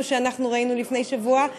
כמו שאנחנו ראינו לפני שבוע,